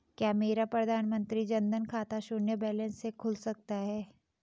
क्या मेरा प्रधानमंत्री जन धन का खाता शून्य बैलेंस से खुल सकता है?